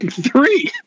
Three